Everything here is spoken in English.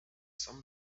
sun